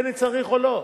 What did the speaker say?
בין אם הוא צריך או לא.